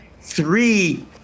three